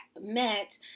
met